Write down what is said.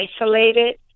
isolated